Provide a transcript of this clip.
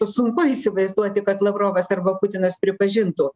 sunku įsivaizduoti kad lavrovas arba putinas pripažintų